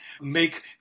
make